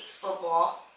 football